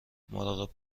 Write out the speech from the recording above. مراقب